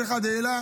כל אחד העלה.